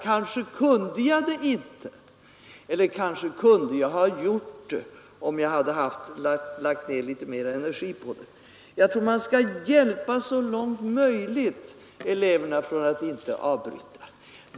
”Kanske kunde jag det inte, eller kanske kunde jag ha gjort det om jag hade lagt ned litet mera energi på det.” Jag tror att man så långt möjligt skall hjälpa eleverna från att avbryta studierna.